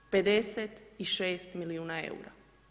56 milijuna eura.